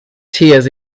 tears